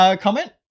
comment